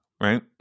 right